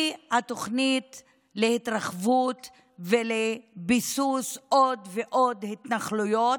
היא תוכנית להתרחבות ולביסוס עוד ועוד התנחלויות.